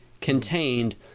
contained